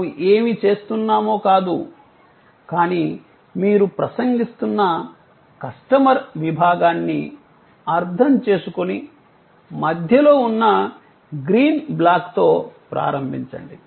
మనము ఏమి చేస్తున్నామో కాదు కానీ మీరు ప్రసంగిస్తున్న కస్టమర్ విభాగాన్ని అర్థం చేసుకుని మధ్యలో ఉన్న గ్రీన్ బ్లాక్తో ప్రారంభించండి